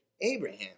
Abraham